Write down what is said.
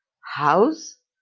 house